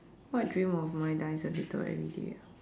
what dream of mine dies a little everyday ah